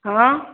हँ